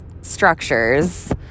structures